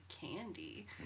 candy